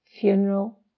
funeral